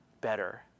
better